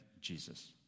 Jesus